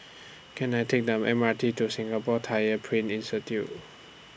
Can I Take The M R T to Singapore Tyler Print Institute